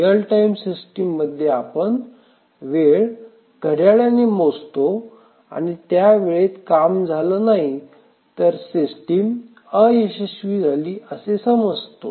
real time system मध्ये आपण वेळ घड्याळाने मोजतो आणि त्या वेळेत काम झालं नाही तर सिस्टीम अयशस्वी झाली आहे असे समजतो